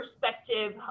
perspective